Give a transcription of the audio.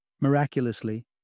Miraculously